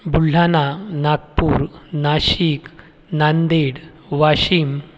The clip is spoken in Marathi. बुलढाणा नागपूर नाशिक नांदेड वाशिम